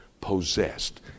possessed